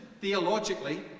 theologically